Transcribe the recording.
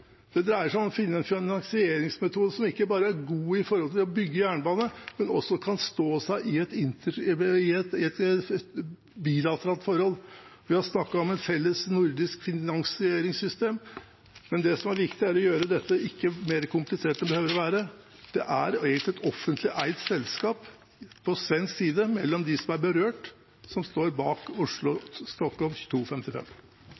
Det dreier seg om å finne en finansieringsmetode som ikke bare er god når det gjelder å bygge jernbane, men som også kan stå seg i et bilateralt forhold. Vi har snakket om et felles nordisk finansieringssystem, men det som er viktig, er å ikke gjøre dette mer komplisert enn det behøver å være. Det er egentlig et offentlig eid selskap på svensk side mellom dem som er berørt, som står bak